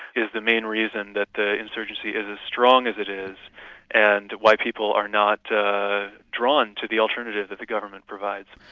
is the main reason that the insurgency is as strong as it is and why people are not drawn to the alternative that the government provides.